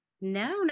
No